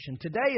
Today